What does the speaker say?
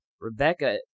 Rebecca